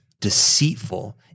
deceitful